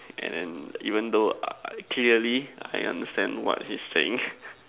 and then even though uh clearly I understand what he's saying